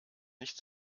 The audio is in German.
nicht